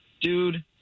Dude